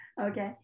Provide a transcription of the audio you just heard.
Okay